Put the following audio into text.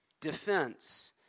defense